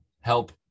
help